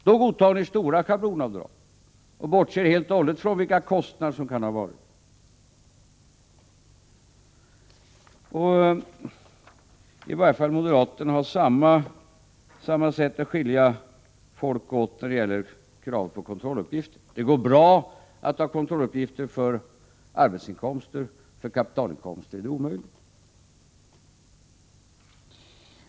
Då godtar ni stora schablonavdrag och bortser helt och hållet från vilka kostnader som kan har förevarit. Och i varje fall moderaterna har samma sätt att skilja folk åt när det gäller krav på kontrolluppgifter. Det går bra att ha kontrolluppgifter för arbetsinkomster, men för kapitalinkomster är det omöjligt.